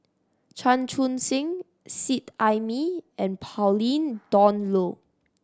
Chan Chun Sing Seet Ai Mee and Pauline Dawn Loh